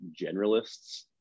generalists